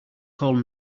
call